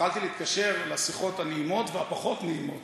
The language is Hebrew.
התחלתי להתקשר לשיחות הנעימות והפחות-נעימות,